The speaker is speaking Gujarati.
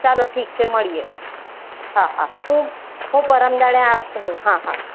ચાલો ઠીક છે મળીએ હા હા હું હું પરમ દહાડે આવું હા હા